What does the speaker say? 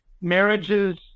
marriages